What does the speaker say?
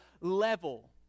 level